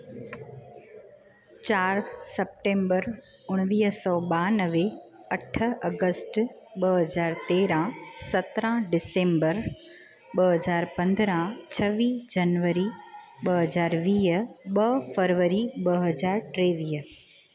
चार सेप्टेम्बर उणिवीह सौ ॿियानवे अठ अगस्ट ॿ हज़ार तेरहां सतरहां डिसेम्बर ॿ हज़ार पंद्रहां छवीह जनवरी ॿ हज़ार वीह ॿ फरवरी ॿ हज़ार टेवीह